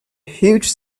huge